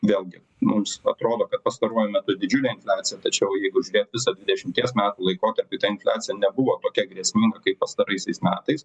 vėlgi mums atrodo kad pastaruoju metu didžiulė infliacija tačiau jeigu žiūrėt visą dešimties metų laikotarpiu ten infliacija nebuvo tokia grėsminga kaip pastaraisiais metais